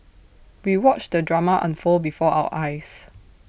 we watched the drama unfold before our eyes